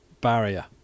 barrier